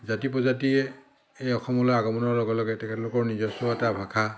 জাতি প্ৰজাতিয়ে এই অসমলৈ আগমনৰ লগে লগে তেখেতলোকৰ নিজস্ব এটা ভাষা